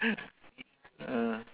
mm